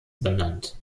benannt